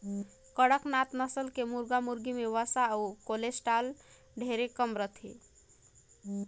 कड़कनाथ नसल के मुरगा मुरगी में वसा अउ कोलेस्टाल ढेरे कम रहथे